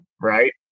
right